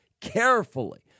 carefully